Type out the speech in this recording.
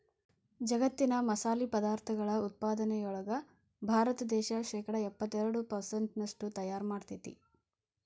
ಜಗ್ಗತ್ತಿನ ಮಸಾಲಿ ಪದಾರ್ಥಗಳ ಉತ್ಪಾದನೆಯೊಳಗ ಭಾರತ ದೇಶ ಶೇಕಡಾ ಎಪ್ಪತ್ತೆರಡು ಪೆರ್ಸೆಂಟ್ನಷ್ಟು ತಯಾರ್ ಮಾಡ್ತೆತಿ